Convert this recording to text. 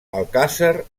alcàsser